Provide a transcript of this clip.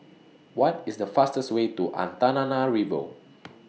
What IS The fastest Way to Antananarivo